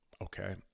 okay